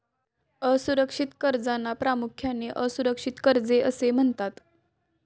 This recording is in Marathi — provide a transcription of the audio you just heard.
असुरक्षित कर्जांना प्रामुख्याने असुरक्षित कर्जे असे म्हणतात